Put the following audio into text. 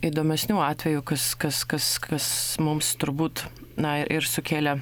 įdomesnių atvejų kas kas kas kas mums turbūt na ir sukelė